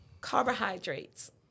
carbohydrates